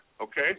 okay